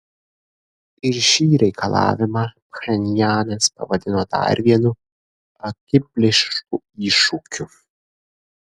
ir šį reikalavimą pchenjanas pavadino dar vienu akiplėšišku iššūkiu